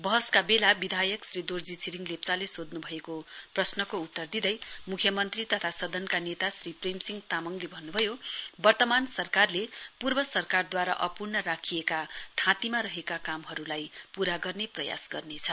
बहसका बेला विधायक श्री दोर्जी छिरिङ लेप्चाले सोध्न भएको प्रश्नको उत्तर दिँदै मुख्यमन्त्री तथा सदनका नेता श्री प्रेमसिंह तामङले भन्नुभयो वर्तमान सरकारले पूर्व सरकारद्वारा अपूर्ण राखिएका थाँतीमा रहेका कामहरुलाई पूरा गर्ने प्रायस गर्नेछ